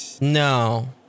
no